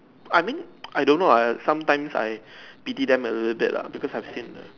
I mean I don't know ah sometimes I pity them a little bit lah because I've seen the